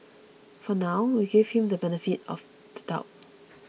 for now we give him the benefit of the doubt